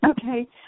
Okay